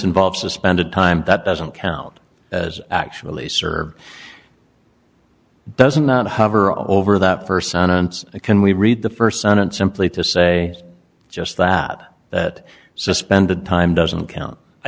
involves suspended time that doesn't count as actually serve doesn't not hover over that first son and can we read the first sentence simply to say just that that suspended time doesn't